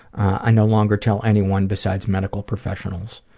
i no longer tell anyone besides medical professionals.